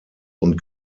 und